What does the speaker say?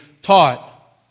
taught